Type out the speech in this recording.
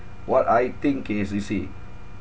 what I think is you see